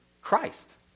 Christ